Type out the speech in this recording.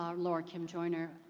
um laura kim joiner.